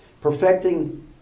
perfecting